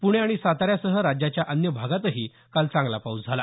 पुणे आणि साताऱ्यासह राज्याच्या अन्य भागातही काल चांगला पाऊस झाला